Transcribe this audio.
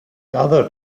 other